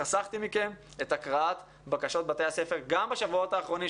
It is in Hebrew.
חסכתי מכם את הקראת בקשות בתי הספר גם בשבועות האחרונים,